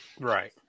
right